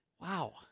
wow